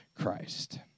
Christ